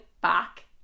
back